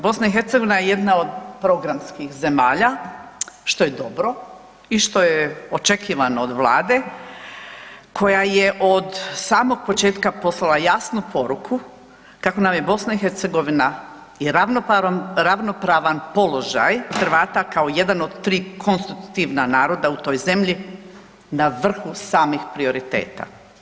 BiH je jedna od programskih zemalja što je dobro i što je očekivano od Vlade koja je od samog početka poslala jasnu poruku kako nam je BiH i ravnopravan položaj Hrvata kao jedan od 3 konstitutivna naroda u toj zemlji na vrhu samih prioriteta.